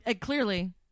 Clearly